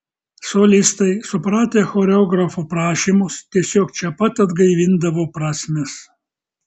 solistai supratę choreografo prašymus tiesiog čia pat atgaivindavo prasmes